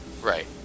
right